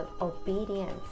obedience